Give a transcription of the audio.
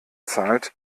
zahlt